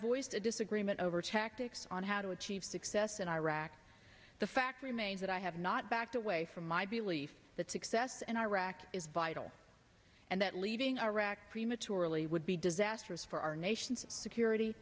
voiced a disagreement over tactics on how to achieve success in iraq the fact remains that i have not backed away from my belief that success in iraq is vital and that leaving iraq prematurely would be disastrous for our nation's security